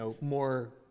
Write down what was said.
more